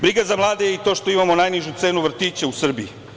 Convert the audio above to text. Briga za mlade je i to što imamo najnižu cenu vrtića u Srbiji.